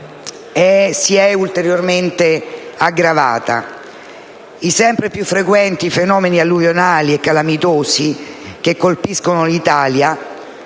si è ulteriormente aggravata. I sempre più frequenti fenomeni alluvionali e calamitosi che colpiscono l'Italia